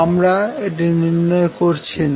আমরা এটি নির্ণয় করছি না